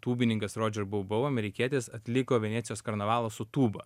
tūbininkas rodžer boubou amerikietis atliko venecijos karnavalą su tūba